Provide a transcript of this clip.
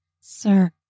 Sir